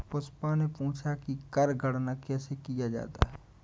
पुष्पा ने पूछा कि कर गणना कैसे किया जाता है?